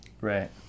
Right